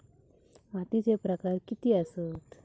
मातीचे प्रकार किती आसत?